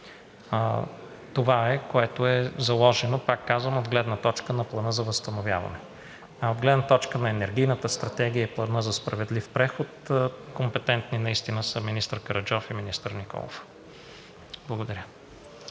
Това е, което е заложено, пак казвам, от гледна точка на Плана за възстановяване. От гледна точка на енергийната стратегия и Плана за справедлив преход компетентни наистина са министър Караджов и министър Николов. Благодаря.